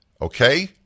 Okay